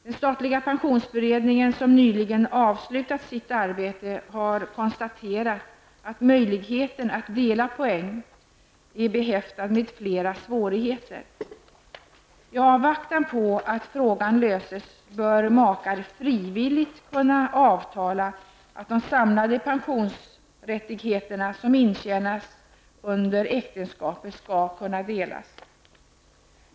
Den statliga pensionsberedningen, som nyligen har avslutit sitt arbete, har konstaterat att möjligheten att dela poäng är behäftad med flera svårigheter. I avvaktan på att frågan löses bör makar frivilligt kunna avtala att de samlade pensionsrättigheterna som intjänats under äktenskapet skall kunna delas.